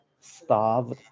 starved